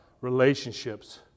relationships